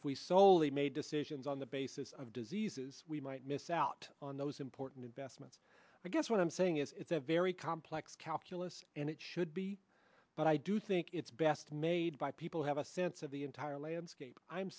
if we soley made decisions on the basis of diseases we might miss out on those important investments i guess what i'm saying is it's a very complex calculus and it should be but i do think it's best made by people who have a sense of the entire landscape i'm